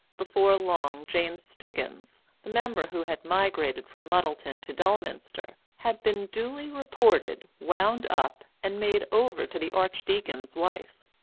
before long jane stiggins, the member who had migrated from muddleton to dulminster, had been duly reported, wound up, and made over to the archdeacon's wife.